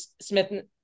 Smith